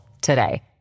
today